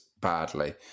badly